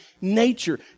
nature